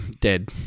dead